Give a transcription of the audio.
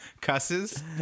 cusses